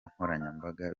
nkoranyambaga